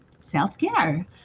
self-care